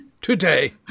today